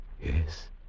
Yes